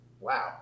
wow